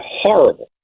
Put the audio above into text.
horrible